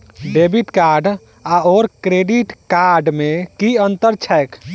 Debit card आओर credit card मे की अन्तर छैक?